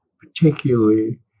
particularly